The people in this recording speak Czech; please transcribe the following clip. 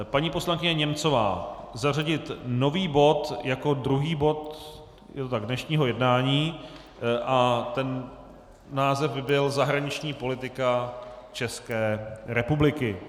Paní poslankyně Němcová zařadit nový bod jako druhý bod dnešního jednání, název by byl Zahraniční politika České republiky.